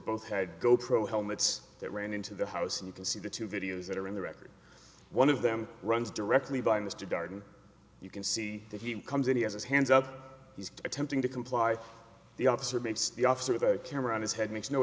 both had go pro helmets that ran into the house and you can see the two videos that are in the record one of them runs directly by mr darden you can see that he comes in he has his hands up he's attempting to comply the officer makes the officer the camera on his head makes no